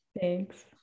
Thanks